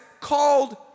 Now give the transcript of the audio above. called